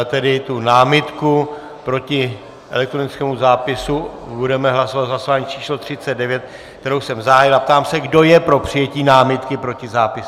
Tedy námitku proti elektronickému zápisu budeme hlasovat v hlasování číslo 39, které jsem zahájil, a ptám se, kdo je pro přijetí námitky proti zápisu.